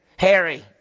Harry